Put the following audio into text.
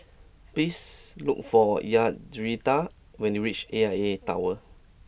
please look for Yaritza when you reach A I A Tower